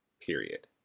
period